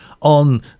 on